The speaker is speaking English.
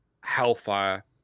Hellfire